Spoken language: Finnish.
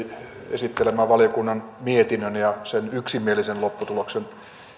esittelemään valiokunnan mietinnön ja sen yksimielisen lopputuloksen